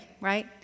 right